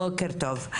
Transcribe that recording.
בוקר טוב.